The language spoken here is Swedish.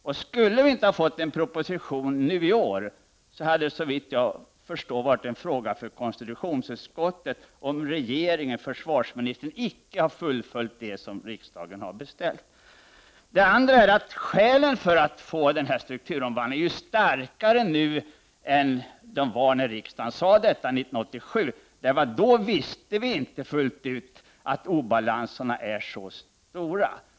Om det inte hade framlagts en proposition nu i år, skulle detta — såvitt jag förstår — blivit en fråga för konstitutionsutskottet att undersöka: om försvarsministern icke har fullföljt det som riksdagen har ålagt regeringen. Ett annat motiv är att skälen för att genomföra denna strukturomvandling är starkare nu än de var när riksdagen gjorde sitt uttalande 1987. Då var vi inte medvetna om att obalanserna är så stora.